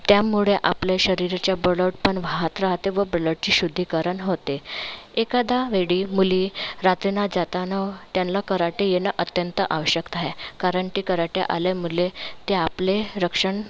त्यामुळे आपल्या शरीराच्या ब्लडपण वाहात रहाते व ब्लडची शुद्धीकरण होते एखादा वेळी मुली रातना जातानं त्यांना कराटे येणं अत्यंत आवश्यक आहे कारण ते कराटे आल्यामुळे ते आपले रक्षण